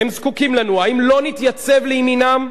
הם זקוקים לנו, האם לא נתייצב לימינם?